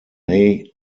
may